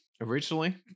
originally